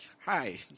hi